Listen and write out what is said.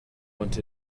want